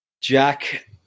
Jack